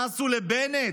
מה עשו לבנט